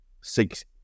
six